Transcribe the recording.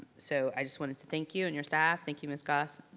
so i just wanted to thank you and your staff, thank you ms. goss,